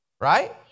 right